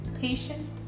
patient